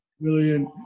Brilliant